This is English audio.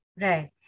Right